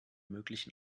möglichen